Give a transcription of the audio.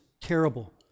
terrible